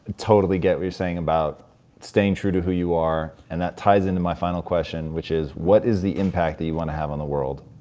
totally get what you're saying about staying true to who you are. and that ties into my final question. which is, what is the impact that you wanna have on the world?